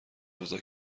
امضا